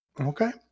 Okay